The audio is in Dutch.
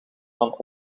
van